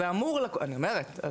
אני אומרת,